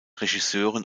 regisseuren